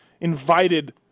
invited